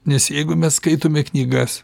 nes jeigu mes skaitome knygas